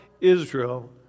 Israel